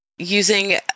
Using